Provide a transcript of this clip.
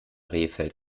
rehfeld